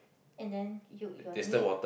and then you your knee